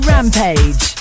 Rampage